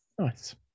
Nice